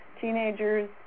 teenagers